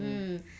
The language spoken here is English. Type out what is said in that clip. mm